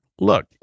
look